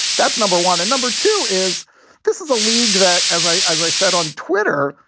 that's number one. and number two is this is a league that as i as i said on twitter,